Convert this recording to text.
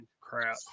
crap